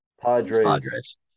Padres